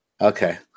Okay